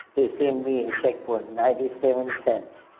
they sent me a check for ninety seven cents.